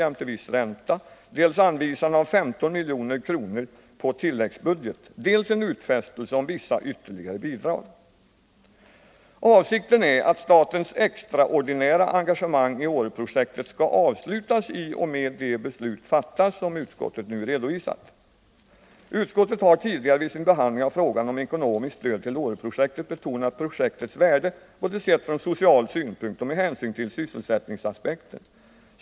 jämte viss ränta, dels anvisande av 15 milj.kr. på tilläggsstat, dels också en utfästelse om vissa ytterligare bidrag. Avsikten är att statens extraordinära engagemang i Åreprojektet skall avslutas i och med att de beslut fattas som utskottet nu redovisat. Utskottet har tidigare vid sin behandling av frågan om ekonomiskt stöd till Åreprojektet betonat projektets värde sett från social synpunkt och med hänsyn till sysselsättningsaspekten.